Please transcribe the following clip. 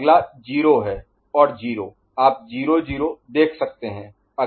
अगला 0 है और 0 आप 0 0 देख सकते हैं